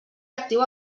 actiu